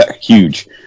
huge